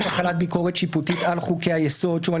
החלת ביקורת שיפוטית על חוקי היסוד - שוב,